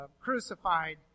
crucified